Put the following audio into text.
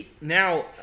now